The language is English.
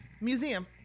Museum